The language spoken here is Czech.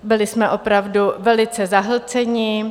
Byli jsme opravdu velice zahlceni.